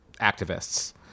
activists